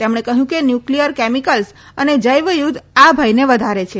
તેમણે કહ્યું કે ન્યુક્લીયર કેમીકલ્સ અને જૈવ યુદ્ધ આ ભયને વધારે છે